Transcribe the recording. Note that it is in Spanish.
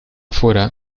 fuera